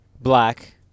black